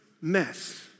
mess